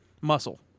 muscle